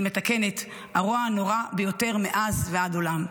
אני מתקנת, הרוע הנורא ביותר מאז ועד עולם.